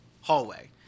hallway